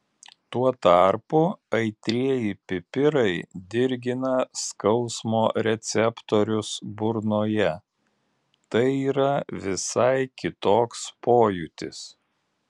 tuo tarpu aitrieji pipirai dirgina skausmo receptorius burnoje tai yra visai kitoks pojūtis